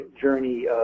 journey